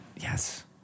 Yes